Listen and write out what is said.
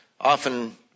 often